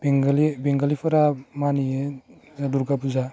बेंगलि बेंगलिफोरा मानियो जे दुरगा फुजा